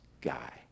guy